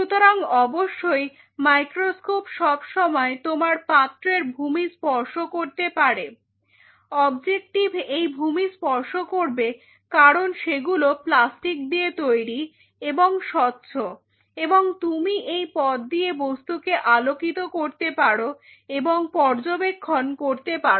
সুতরাং অবশ্যই মাইক্রোস্কোপ সব সময় তোমার পাত্রের ভূমি স্পর্শ করতে পারে অবজেক্টিভ সেই ভূমি স্পর্শ করবে কারণ সেগুলো প্লাস্টিক দিয়ে তৈরি এবং স্বচ্ছ এবং তুমি এই পথ দিয়ে বস্তুকে আলোকিত করতে পারো এবং পর্যবেক্ষণ করতে পারো